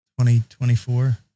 2024